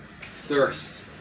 thirst